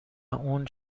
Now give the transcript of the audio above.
اون